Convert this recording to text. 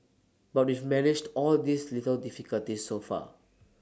but we've managed all these little difficulties so far